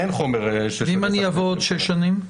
אין חומר -- ואם אני אבוא עוד שש שנים?